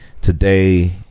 today